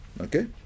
Okay